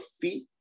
feet